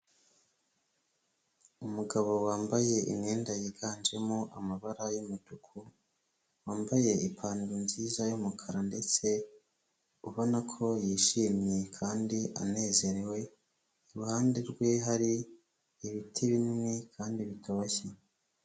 Umugabo wambaye imyenda yiganjemo amabara y'umutuku, wambaye ipantaro nziza y'umukara ndetse ubona ko yishimye kandi anezerewe, iruhande rwe hari ibiti binini kandi bitoshye.